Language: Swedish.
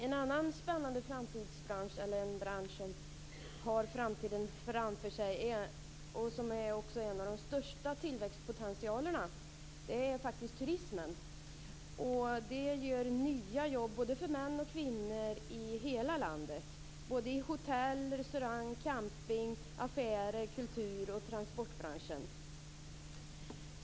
En annan spännande framtidsbransch och som också har en av de största tillväxtpotentialerna är faktiskt turismen. Den ger nya jobb för både män och kvinnor i hela landet, på hotell, på restauranger, på campinganläggningar, i affärer, inom kultur och i transportbranschen.